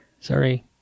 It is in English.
Sorry